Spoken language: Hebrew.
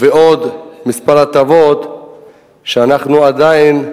ועוד כמה הטבות שאנחנו עדיין,